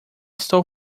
estou